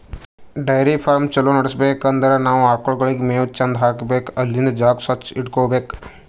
dairy farm ಛಲೋ ನಡ್ಸ್ಬೇಕ್ ಅಂದ್ರ ನಾವ್ ಆಕಳ್ಗೋಳಿಗ್ ಮೇವ್ ಚಂದ್ ಹಾಕ್ಬೇಕ್ ಅಲ್ಲಿಂದ್ ಜಾಗ ಸ್ವಚ್ಚ್ ಇಟಗೋಬೇಕ್